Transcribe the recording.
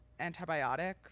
antibiotic